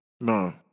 No